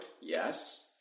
yes